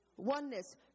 Oneness